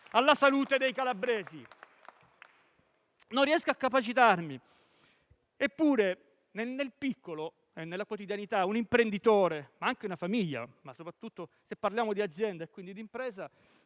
alla salute dei calabresi. Non riesco a capacitarmene. Eppure nel piccolo, nella quotidianità, un imprenditore - anche una famiglia, ma soprattutto parliamo di aziende e quindi di impresa